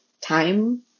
time